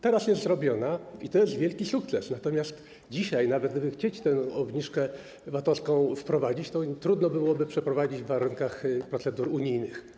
Teraz jest zrobiona i to jest wielki sukces, natomiast dzisiaj, nawet gdyby chcieć tę obniżkę VAT-owską wprowadzić, to trudno byłoby przeprowadzić w warunkach procedur unijnych.